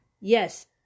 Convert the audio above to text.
yes